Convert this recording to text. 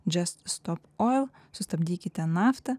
just stop oil sustabdykite naftą